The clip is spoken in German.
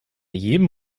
jedem